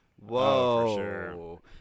whoa